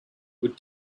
would